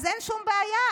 אז אין שום בעיה.